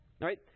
right